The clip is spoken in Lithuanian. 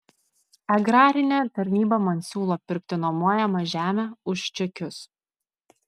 agrarinė tarnyba man siūlo pirkti nuomojamą žemę už čekius